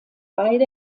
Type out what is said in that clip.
beide